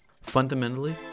Fundamentally